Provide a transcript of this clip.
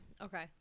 Okay